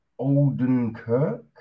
Oldenkirk